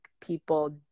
people